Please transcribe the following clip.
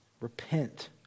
Repent